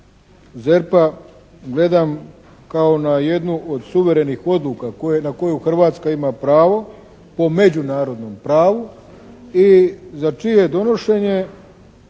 ZERP-a gledam kao na jednu od suverenih odluka koje, na koju Hrvatska ima pravo po međunarodnom pravu i za čije je donošenje